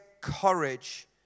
courage